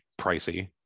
pricey